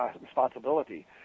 responsibility